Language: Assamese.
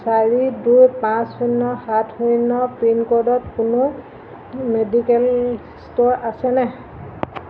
চাৰি দুই পাঁচ শূন্য সাত শূন্য পিনক'ডত কোনো মেডিকেল ষ্ট'ৰ আছেনে